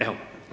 Evo.